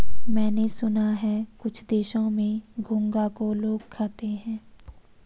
मैंने सुना है कुछ देशों में घोंघा को लोग खाते हैं